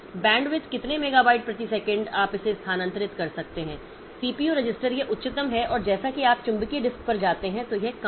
bandwidth कितने megabyte प्रति second आप इसे स्थानांतरित कर सकते हैं सीपीयू रजिस्टर यह उच्चतम है और जैसा कि आप चुंबकीय डिस्क पर जाते हैं तो यह कम है